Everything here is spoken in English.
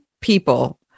people